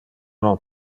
non